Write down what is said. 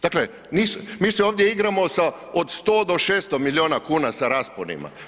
Dakle, mi se ovdje igramo sa od 100 do 600 milijuna kuna sa rasponima.